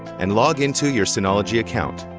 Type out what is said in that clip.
and log into your synology account.